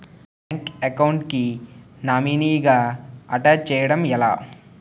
Bank account కి nominee గా attach చేయడం ఎలా?